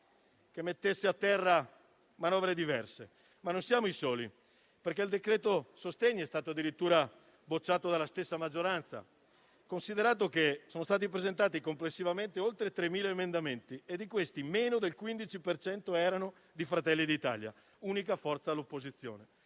che mettesse a terra manovre diverse, ma non siamo i soli, perché il decreto-legge sostegni è stato addirittura bocciato dalla stessa maggioranza, considerato che sono stati presentati complessivamente oltre 3.000 emendamenti, dei quali meno del 15 per cento erano di Fratelli d'Italia, unica forza all'opposizione: